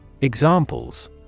Examples